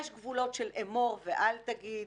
יש גבולות של אמור ואל תגיד.